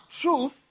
truth